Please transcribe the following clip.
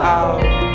out